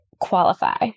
qualify